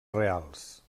reals